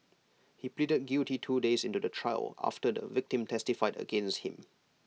he pleaded guilty two days into the trial after the victim testified against him